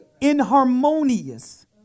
inharmonious